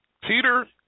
Peter